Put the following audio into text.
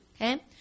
Okay